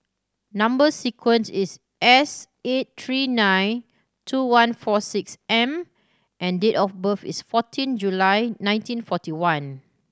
number sequence is S eight three nine two one four six M and date of birth is fourteen July nineteen forty one